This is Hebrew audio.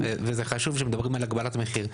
וזה חשוב שמדברים על הגבלת מחיר.